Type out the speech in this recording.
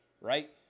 right